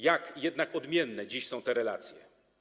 Jak jednak odmienne dziś są te relacje.